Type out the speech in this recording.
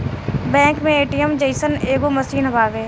bank मे ATM जइसन एगो मशीन बावे